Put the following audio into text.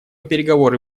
переговоры